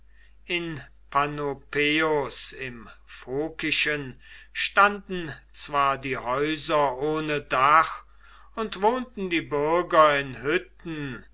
in panopeus im phokischen standen zwar die häuser ohne dach und wohnten die bürger in hütten